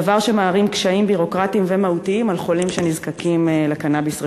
דבר שמערים קשיים ביורוקרטיים ומהותיים על חולים שנזקקים לקנאביס רפואי.